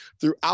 throughout